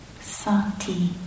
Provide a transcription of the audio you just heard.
sati